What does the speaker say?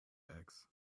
bags